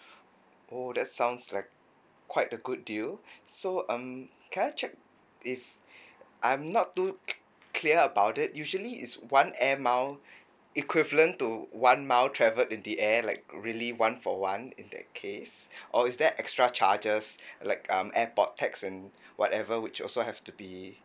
oh that sounds like quite a good deal so um can I check if I'm not too clear uh powdered usually is one a mile equivalent to one mile travel in the air elect really one for one in that case or is there extra charges like um airport tax and whatever which also have to be